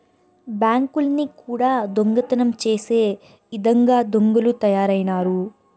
బ్యాంకుల్ని కూడా దొంగతనం చేసే ఇదంగా దొంగలు తయారైనారు